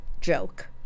joke